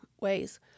ways